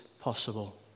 possible